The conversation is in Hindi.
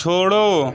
छोड़ो